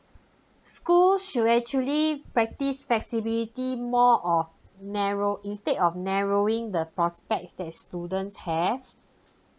school should actually practice flexibility more of narrow instead of narrowing the prospects that students have